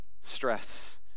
stress